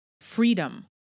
freedom